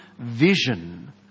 vision